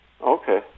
Okay